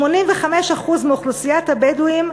85% מאוכלוסיית הבדואים,